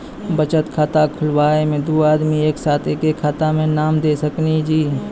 बचत खाता खुलाए मे दू आदमी एक साथ एके खाता मे नाम दे सकी नी?